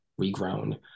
regrown